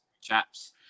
Chaps